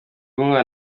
inkunga